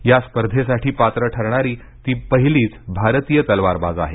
या स्पर्धेसाठी पात्र ठरणारी ती पहिलीच भारतीय तलवारबाज आहे